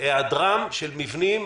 אם אפשרי היות והדבר שם מאוד רגיש ונפיץ,